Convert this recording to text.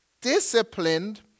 disciplined